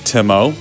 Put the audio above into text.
Timo